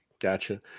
gotcha